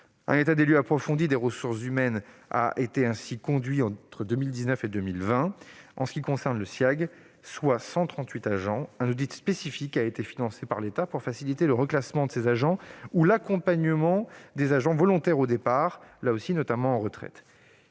Un état des lieux approfondi des ressources humaines a été conduit en 2019 et 2020. En ce qui concerne le Siaeag, soit 138 agents, un audit spécifique a été financé par l'État pour faciliter le reclassement des agents ou l'accompagnement des agents volontaires au départ. Par ailleurs, des entretiens